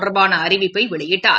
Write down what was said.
தொடர்பானஅறிவிப்பைவெளியிட்டார்